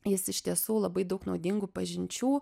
jis iš tiesų labai daug naudingų pažinčių